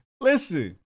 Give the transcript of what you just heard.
listen